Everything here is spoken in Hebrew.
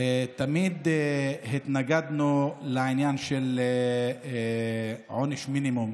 תמיד התנגדנו לעניין של עונש מינימום.